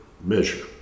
measure